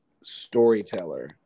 storyteller